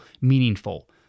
meaningful